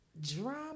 drama